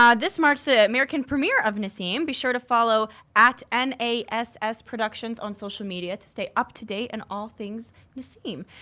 um this marks the american premier of nassim. be sure to follow at n a s s productions on social media to stay up-to-date on and all things nassim.